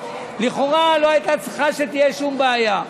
לכאורה לא הייתה צריכה להיות שום בעיה.